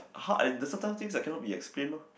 how I sometimes things cannot be explained lor